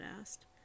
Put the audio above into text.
asked